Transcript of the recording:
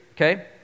okay